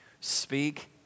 speak